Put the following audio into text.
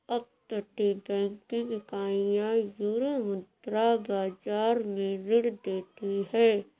अपतटीय बैंकिंग इकाइयां यूरोमुद्रा बाजार में ऋण देती हैं